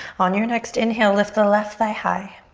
on your next inhale, lift the left thigh high.